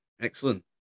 excellent